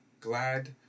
Glad